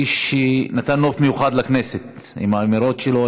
איש שנתן אופי מיוחד לכנסת עם האמירות שלו,